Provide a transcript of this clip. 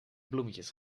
bloemetjes